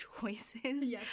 choices